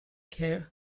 keir